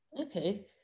okay